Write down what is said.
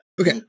Okay